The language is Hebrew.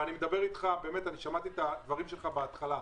ואני מדבר איתך, באמת שמעתי את הדברים שלך בהתחלה.